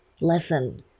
lesson